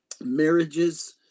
marriages